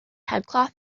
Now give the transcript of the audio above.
headcloth